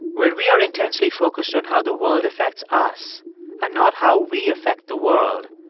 when we are intensely focused on how the world affects us and not how we affect the world,